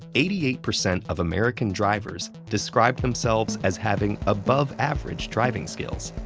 eighty eight percent of american drivers described themselves as having above average driving skills.